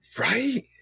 Right